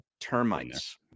termites